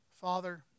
Father